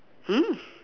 mm